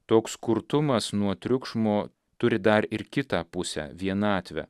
toks kurtumas nuo triukšmo turi dar ir kitą pusę vienatvę